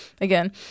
again